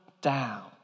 down